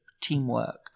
teamwork